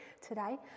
today